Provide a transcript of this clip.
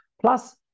Plus